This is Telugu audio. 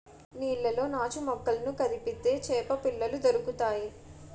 నీళ్లలో నాచుమొక్కలను కదిపితే చేపపిల్లలు దొరుకుతాయి